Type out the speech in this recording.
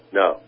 no